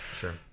sure